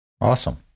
Awesome